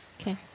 Okay